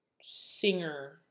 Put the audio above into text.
singer